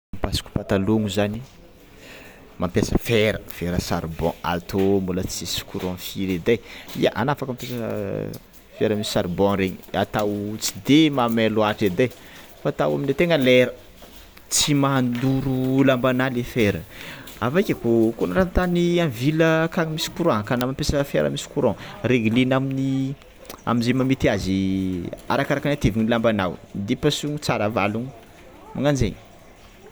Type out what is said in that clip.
Pasoka patalogno zany mampiasa fera fera charbon ato mbola tsisy courant firy edy e, ia anao afaka mitondra fera misy charbon regny atao tsy de mamay loàtra edy fa atao amle tegna lera, tsy mandoro lambanao le fera avakeo kony raha ataon'ny amin'ny ville akagny misy courant akagny anao mampiasa fera misy courant regny ilegna amze mahamety azy arakakaraka ny hatevin'ny lambanao de pasohigny tsara avalogny magnanjegny.